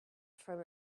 from